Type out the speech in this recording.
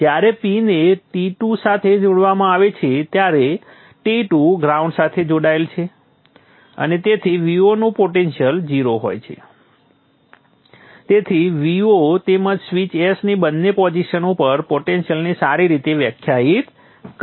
જ્યારે P ને T2 સાથે જોડવામાં આવે છે ત્યારે T2 ગ્રાઉન્ડ સાથે જોડાય છે અને તેથી Vo નું પોટેન્શિયલ 0 હોય છે તેથી Vo તેમજ સ્વીચ S ની બંને પોઝિશન ઉપર પોટેન્શિયલને સારી રીતે વ્યાખ્યાયિત કરે છે